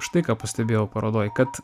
štai ką pastebėjau parodoj kad